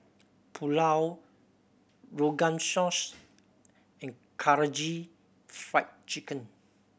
Pulao Rogan Josh and Karaage Fried Chicken